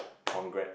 congrat